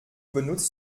benutzt